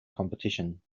competition